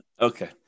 Okay